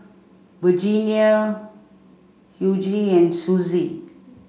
Virginia Hughie and Suzie